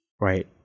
Right